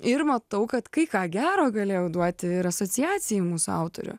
ir matau kad kai ką gero galėjau duoti ir asociacijų mūsų autorių